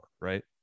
right